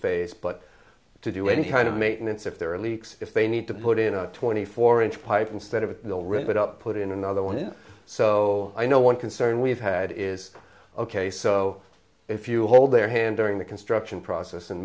phase but to do any kind of maintenance if there are leaks if they need to put in a twenty four inch pipe instead of it will rip it up put in another one and so i know one concern we've had is ok so if you hold their hand during the construction process and